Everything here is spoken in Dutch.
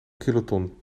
kiloton